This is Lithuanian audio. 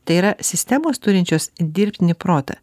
tai yra sistemos turinčios dirbtinį protą